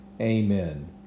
Amen